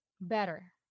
better